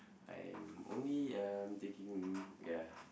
I'm only uh taking ya